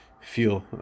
feel